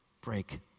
Break